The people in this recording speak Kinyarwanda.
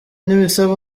ntibisaba